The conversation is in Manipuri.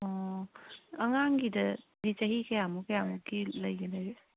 ꯑꯣ ꯑꯉꯥꯡꯒꯤꯗꯗꯤ ꯆꯍꯤ ꯀꯌꯥ ꯀꯌꯥꯃꯨꯛꯀꯤ ꯂꯩꯒꯗꯒꯦ